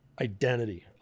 identity